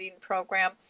program